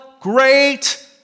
great